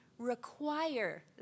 Require